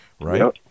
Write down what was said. right